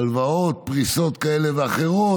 הלוואות, פריסות כאלה ואחרות,